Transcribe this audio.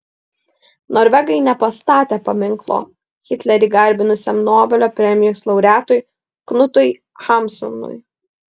norvegai nepastatė paminklo hitlerį garbinusiam nobelio premijos laureatui knutui hamsunui